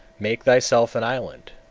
make thyself an island,